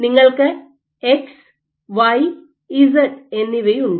നിങ്ങൾക്ക് X Y Z X Y Z എന്നിവയുണ്ട്